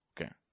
Okay